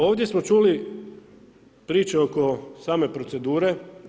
Ovdje smo čuli priče oko same procedure.